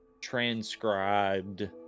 transcribed